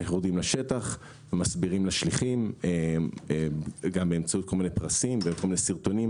יורדים לשטח ומסבירים לשליחים גם באמצעות כל מיני סרטונים.